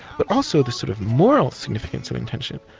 but also the sort of moral significance of intention.